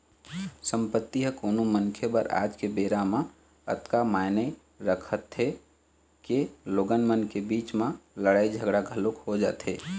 संपत्ति ह कोनो मनखे बर आज के बेरा म अतका मायने रखथे के लोगन मन के बीच म लड़ाई झगड़ा घलोक हो जाथे